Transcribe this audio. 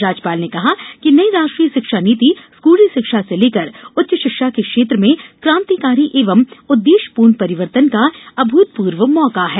राज्यपाल ने कहा कि नई राष्ट्रीय शिक्षा नीति स्कूली शिक्षा से लेकर उच्च शिक्षा के क्षेत्र में क्रांतिकारी एवं उद्देश्यपूर्ण परिवर्तन का अभूतपूर्व मौका है